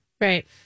Right